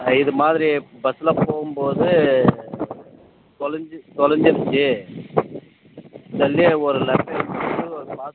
இதுமாதிரி பஸ்ஸில் போகும் போது தொலஞ்சு தொலஞ்சிடுச்சு இதுலையே ஒரு லெட்டர் எழுதி ஒரு பாஸ் போட்டோவும்